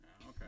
Okay